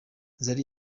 zari